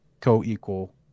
co-equal